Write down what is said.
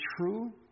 true